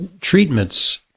treatments